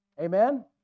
Amen